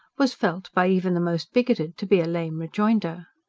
was felt by even the most bigoted to be a lame rejoinder.